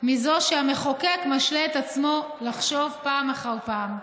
מזו שהמחוקק משלה את עצמו לחשוב, פעם אחר פעם.